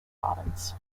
province